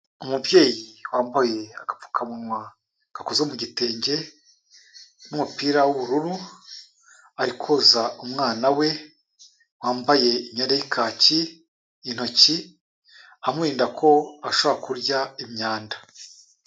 Umubyeyi wambaye agapfukamunwa gakoze mu gitenge n'umupira w'ubururu, ari koza umwana we wambaye imyenda y'ikaki intoki, amurinda ko ashobora kurya imyanda.